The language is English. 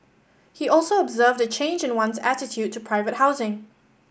he also observed a change in one's attitude to private housing